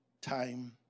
time